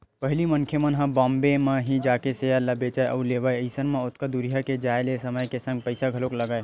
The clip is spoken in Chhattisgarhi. पहिली मनखे मन ह बॉम्बे म ही जाके सेयर ल बेंचय अउ लेवय अइसन म ओतका दूरिहा के जाय ले समय के संग पइसा घलोक लगय